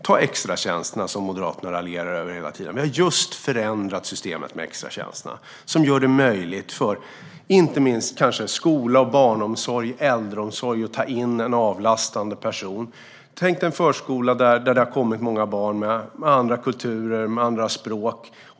Ta extratjänsterna, som Moderaterna raljerar över hela tiden! Vi har just förändrat systemet med extratjänsterna, vilket gör det möjligt för inte minst skola, barnomsorg och äldreomsorg att ta in en avlastande person. Tänk dig en förskola dit det har kommit många barn med andra kulturer och andra språk!